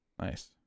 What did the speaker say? nice